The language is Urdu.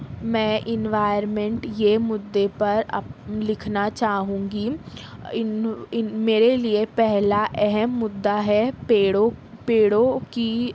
میں انوائرمینٹ یہ مدعے پر اپ لکھنا چاہوں گی ان ان میرے لئے پہلا اہم مدعا ہے پیڑوں پیڑوں کی